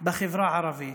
בחברה הערבית,